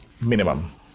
Minimum